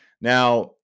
Now